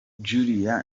julia